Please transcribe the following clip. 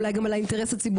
אולי גם על האינטרס הציבורי,